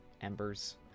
embers